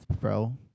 bro